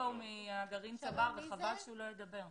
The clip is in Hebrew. מגרעין צבר וחבל שהוא לא ידבר.